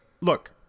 look